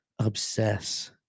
obsess